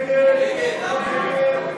ההסתייגות (2)